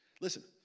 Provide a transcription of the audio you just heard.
Listen